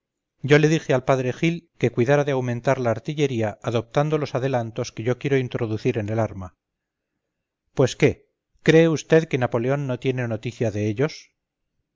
yo le dije al padre gil que cuidara de aumentar la artillería adoptando los adelantos que yo quiero introducir en el arma pues qué cree usted que napoleón no tiene noticia de ellos